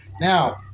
now